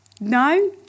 No